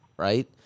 Right